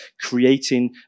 creating